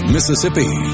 Mississippi